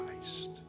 Christ